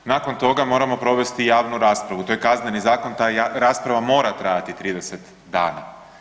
Nakon toga moramo provesti javnu raspravu, to je Kazneni zakon ta rasprava mora trajati 30 dana.